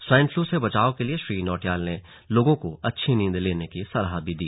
swine flu से बचाव के लिए श्री नौटियाल ने लोगों को अच्छी नींद लेने की सलाह दी